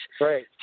Right